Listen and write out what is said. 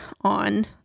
on